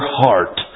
heart